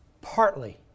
partly